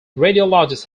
radiologist